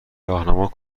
راهنما